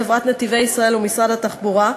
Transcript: חברת "נתיבי ישראל" ומשרד התחבורה,